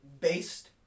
based